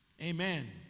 amen